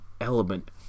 element